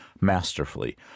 masterfully